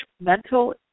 mental